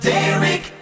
Derek